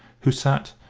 who sat,